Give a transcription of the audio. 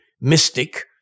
mystic